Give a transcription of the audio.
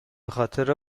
بخاطر